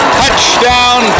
touchdown